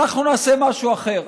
אנחנו נעשה משהו אחר.